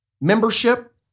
membership